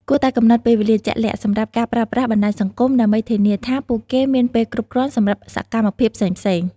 គួរតែកំណត់ពេលវេលាជាក់លាក់សម្រាប់ការប្រើប្រាស់បណ្តាញសង្គមដើម្បីធានាថាពួកគេមានពេលគ្រប់គ្រាន់សម្រាប់សកម្មភាពផ្សេងៗ។